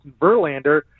Verlander